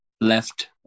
left